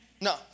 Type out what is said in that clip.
No